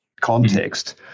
context